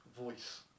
voice